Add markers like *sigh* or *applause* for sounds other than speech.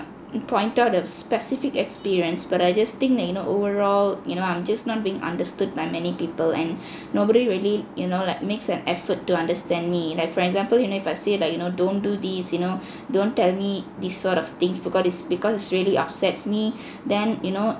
point out a specific experience but I just think that you know overall you know I'm just not being understood by many people and *breath* nobody really you know like makes an effort to understand me like for example you know if I say like you know don't do this you know don't tell me these sort of things because it's because it really upsets me *breath* then you know